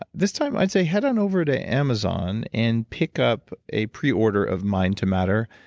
ah this time, i'd say head on over to amazon and pick up a pre-order of mind to matter,